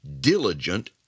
diligent